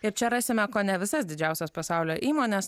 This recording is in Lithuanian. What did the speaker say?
ir čia rasime kone visas didžiausias pasaulio įmones